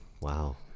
Wow